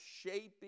shaping